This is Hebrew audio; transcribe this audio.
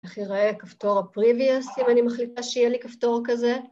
איך יראה כפתור ה-previous, אם אני מחליטה שיהיה לי כפתור כזה?